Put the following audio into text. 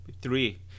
three